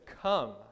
Come